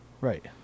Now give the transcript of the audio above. Right